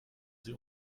sie